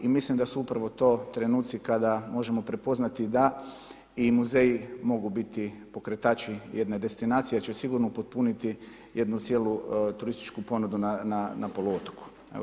I mislim da su upravo to trenuci kada možemo prepoznati da i muzeji mogu biti pokretači jedne destinacije jer će sigurno upotpuniti jednu cijelu turističku ponudu na poluotoku.